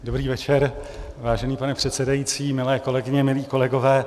Dobrý večer, vážený pane předsedající, milé kolegyně, milí kolegové.